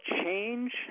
change